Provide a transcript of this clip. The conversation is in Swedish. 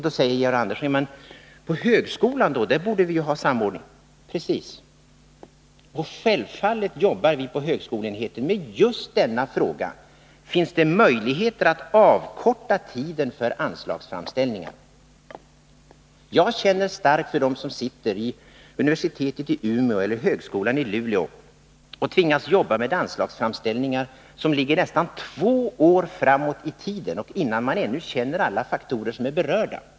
Då säger Georg Andersson: ”På högskolan borde vi ju ha en samordning.” Precis. Självfallet jobbar vi på högskoleenheten med just denna fråga: Är det möjligt att avkorta tiden för anslagsframställning? Jag känner starkt för dem som på universitetet i Umeå eller högskolan i Luleå tvingas jobba med anslagsframställningar som ligger nästan två år framåt i tiden — man känner alltså ännu inte till alla faktorer som kan påverka bedömningen.